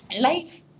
life